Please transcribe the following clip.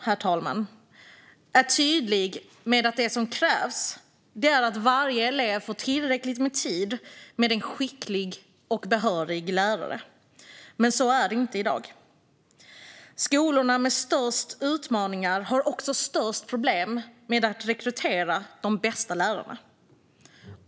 Forskningen är tydlig med att det som krävs är att varje elev får tillräckligt med tid med en skicklig och behörig lärare. Men så är det inte i dag. Skolorna med störst utmaningar har också störst problem med att rekrytera de bästa lärarna.